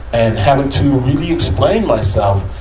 and having to really explain myself,